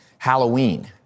Halloween